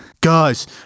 Guys